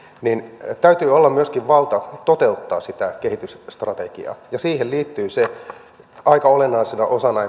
niin täytyy olla myöskin valta toteuttaa sitä kehitysstrategiaa ja siihen liittyy aika olennaisena osana